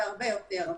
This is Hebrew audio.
והרבה יותר.